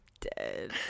dead